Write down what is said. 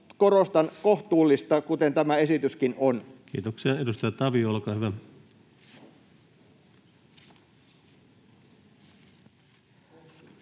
korostan, kohtuullista, kuten tämä esityskin on. Kiitoksia. — Edustaja Tavio, olkaa hyvä. Herra